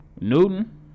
Newton